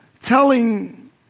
telling